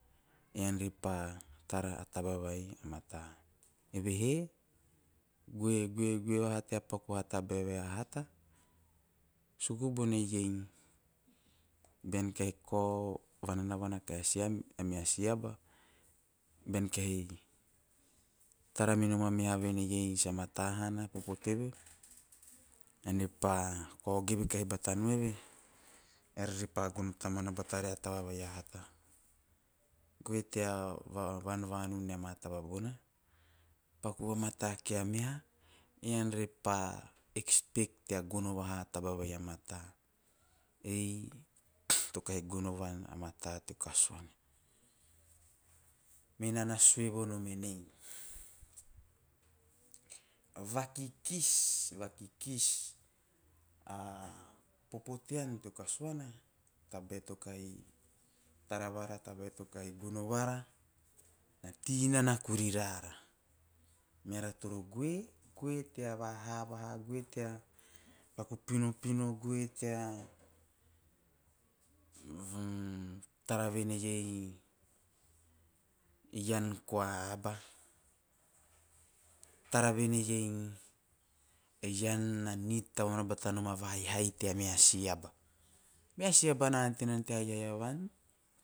Ean pa tara a taba vai a mate. Evehe goe - goe vaha tea paku a taba vai a hata. Suku vene iei bean kao va nanaona kahi a meha si aba, bean kahi tara minom a meha aba venei sa mata hana popo teve, ean re pa kao geve batanom eve a popo teve, ean re pa kao geve batanom eve a popo eara re pa gono tamuana batanom a taba vai a hata. Goe tea vanvanun o nea ma taba bona. Paku vamata kie a meha ean re pa expect tea gono vaha taba vai a mata, ei to kahi gono va a mata teo kasuana mena na sue vonom enei, vakikis- vakikis a popo tean teo kasuana tabae to kahi tora vara, tabae to kahi gono vara na tei nana kuri rara meara toro goe - gue tea vahaha vaha, goe tea paku pinopino goe tea tara vene iei ean koa aba, tara vene iei ean na nid tamuana batanom a vahaihai tea meha si aba, mehha si aba na ante nan tea haihai